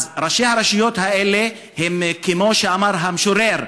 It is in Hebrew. אז ראשי הרשויות האלה הם כמו שאמר המשורר: